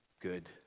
good